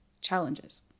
challenges